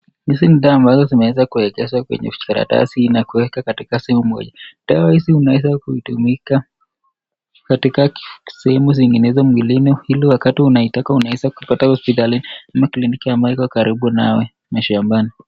Hizi ni dawa ambazo zimeweza kuegezwa kwenye vijikaratasi na kuwekwa katika sehemu moja. Dawa hizi unaweza kutumika katika sehemu zinginezo mwilini ili wakati unaitaka unaweza kuipata hospitalini ama kliniki ambayo karibu nawe mashambani.